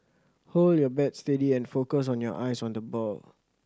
hold your bat steady and focus on your eyes on the ball